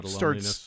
starts